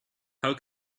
how